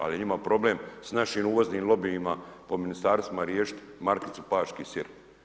Ali je njima problem s našim uvoznim lobijima po ministarstvima riješiti markicu paški sir.